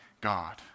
god